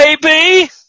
baby